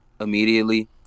Immediately